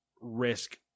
risk